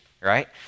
right